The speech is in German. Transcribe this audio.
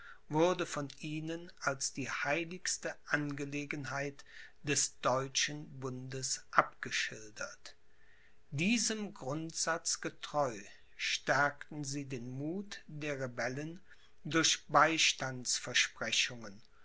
wurde von ihnen als die heiligste angelegenheit des deutschen bundes abgeschildert diesem grundsatz getreu stärkten sie den muth der rebellen